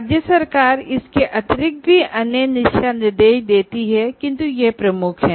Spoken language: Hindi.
राज्य सरकार इनके अतिरिक्त भी कई अन्य दिशा निर्देश देती है किंतु यह प्रमुख हैं